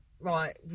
right